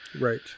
Right